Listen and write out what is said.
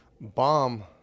bomb